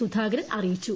സു ധാകരൻ അറിയിച്ചു